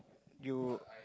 you